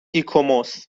ایکوموس